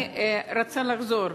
אני רוצה לחזור.